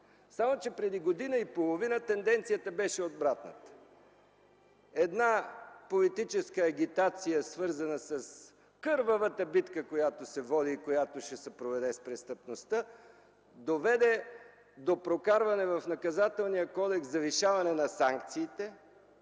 прокурор! Преди година и половина обаче тенденцията беше обратната. Една политическа агитация, свързана с кървавата битка, която се води и която ще се проведе с престъпността, доведе до прокарване в Наказателния кодекс на завишаване санкциите